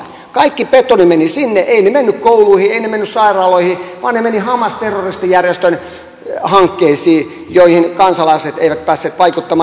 kaikki betoni meni sinne eivät ne menneet kouluihin eivät ne menneet sairaaloihin vaan ne menivät hamas terroristijärjestön hankkeisiin joihin kansalaiset eivät päässeet vaikuttamaan